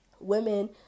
women